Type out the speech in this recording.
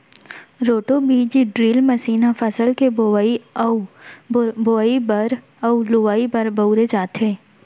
roto बीज drill machine ह फसल के बोवई बर अउ लुवाई बर बउरे जाथे